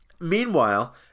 meanwhile